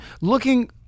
looking